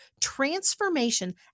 transformation